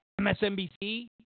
MSNBC